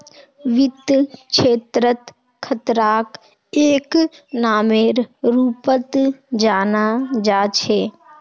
वित्त क्षेत्रत खतराक एक नामेर रूपत जाना जा छे